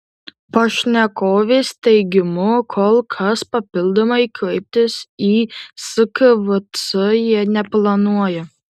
pašnekovės teigimu kol kas papildomai kreiptis į skvc jie neplanuoja